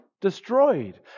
destroyed